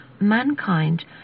mankind